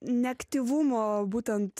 neaktyvumo būtent